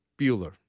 Bueller